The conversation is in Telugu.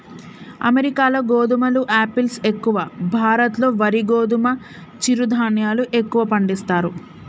అమెరికాలో గోధుమలు ఆపిల్స్ ఎక్కువ, భారత్ లో వరి గోధుమ చిరు ధాన్యాలు ఎక్కువ పండిస్తారు